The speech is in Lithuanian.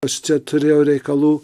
aš čia turėjau reikalų